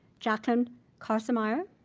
jacqueline karsemeyer,